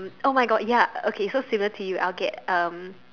!oh-my-God! ya okay so similar to you I'll get um